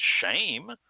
shame